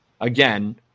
again